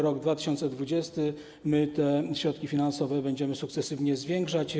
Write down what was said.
Rok 2020 - te środki finansowe będziemy sukcesywnie zwiększać.